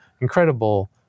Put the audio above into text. incredible